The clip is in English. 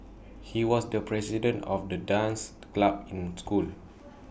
he was the president of the dance club in my school